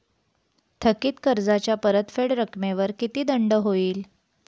थकीत कर्जाच्या परतफेड रकमेवर किती दंड होईल?